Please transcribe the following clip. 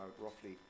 roughly